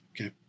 Okay